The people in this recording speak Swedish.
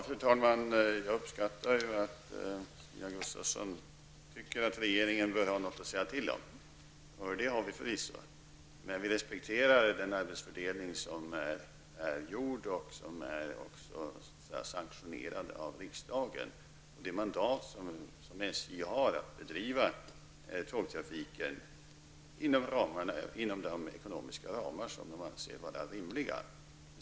Fru talman! Jag uppskattar att Stina Gustavsson tycker att regeringen bör ha något att säga till om. Det har vi förvisso. Men vi respekterar den arbetsfördelning som är uppgjord och som är sanktionerad av riksdagen, dvs. det mandat som SJ har att bedriva tågtrafik inom de ekonomiska ramar som SJ anser vara rimliga.